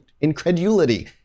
incredulity